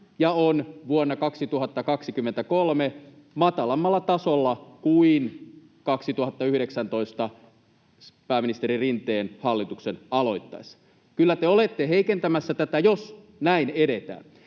ja on vuonna 2023 matalammalla tasolla kuin 2019 pääministeri Rinteen hallituksen aloittaessa. Kyllä te olette heikentämässä tätä, jos näin edetään.